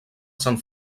sant